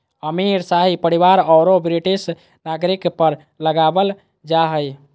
अमीर, शाही परिवार औरो ब्रिटिश नागरिक पर लगाबल जा हइ